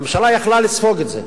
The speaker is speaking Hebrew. הממשלה היתה יכולה לספוג את זה.